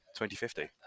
2050